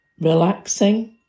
Relaxing